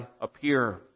appear